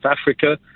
Africa